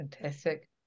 Fantastic